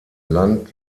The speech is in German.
land